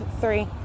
three